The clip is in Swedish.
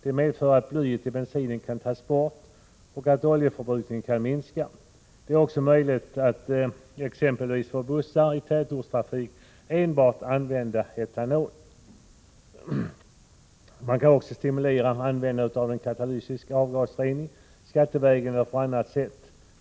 Det medför att blyet i bensinen kan tas bort och att oljeförbrukningen kan minska. Det är också möjligt att exempelvis för bussar i tätortstrafik använda enbart etanol. Man kan också stimulera användandet av katalytisk avgasrening, skattevägen eller på annat sätt.